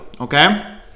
Okay